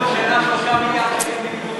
לחברות הביטוח להרוויח כל שנה 3 מיליארד שקל?